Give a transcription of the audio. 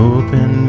open